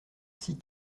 six